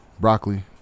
broccoli